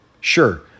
Sure